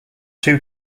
two